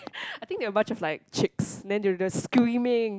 I think they were a bunch of like chicks then they were just screaming